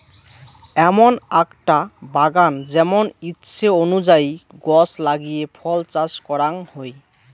এমন আকটা বাগান যেমন ইচ্ছে অনুযায়ী গছ লাগিয়ে ফল চাষ করাং হই